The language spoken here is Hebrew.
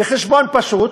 בחשבון פשוט: